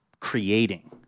Creating